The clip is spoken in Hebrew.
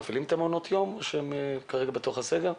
מפעילים את מעונות היום או הם כרגע בתוך הסגר?